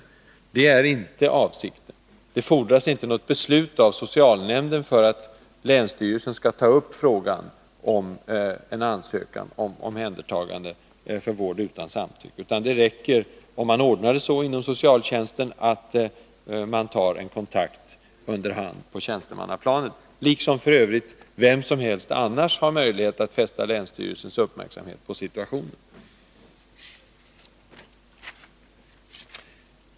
Men det är inte avsikten. Det fordras inte något beslut av socialnämnden för att länsstyrelsen skall kunna ta upp frågan om en ansökan om omhändertagande för vård utan samtycke. Det räcker med att man inom socialtjänsten ordnar det så, att man på tjänstemannaplanet tar en kontakt under hand, liksom f. ö. vem som helst har möjlighet att fästa länsstyrelsens uppmärksamhet på situationen.